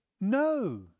No